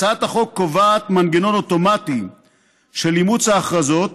הצעת החוק קובעת מנגנון אוטומטי של אימוץ ההכרזות